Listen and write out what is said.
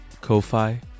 Ko-Fi